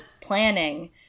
planning